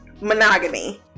monogamy